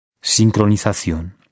Sincronización